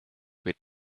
with